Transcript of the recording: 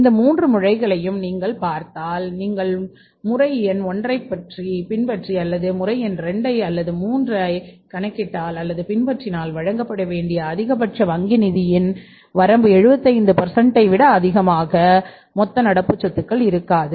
இந்த மூன்று முறைகளையும் நீங்கள் பார்த்தால் நீங்கள் முறை எண் ஒன்றைப் பின்பற்றி அல்லது முறை எண் 2 ஐப் அல்லதுமுறை எண் 3 ஐப் கணக்கிட்டால் அல்லது பின்பற்றினால் வழங்கப்பட வேண்டிய அதிகபட்ச வங்கி நிதியத்தின் வரம்பு 75 ஐ விட அதிகமாக GCA மொத்த நடப்பு சொத்துக்கள் இருக்காது